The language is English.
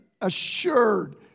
assured